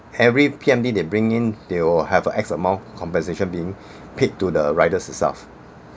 every P_M_D they bring in they'll have a x-amount compensation being paid to the riders itself